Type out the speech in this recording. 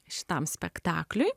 šitam spektakliui